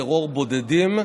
טרור בודדים,